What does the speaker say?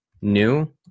new